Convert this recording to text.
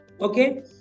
Okay